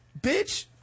Bitch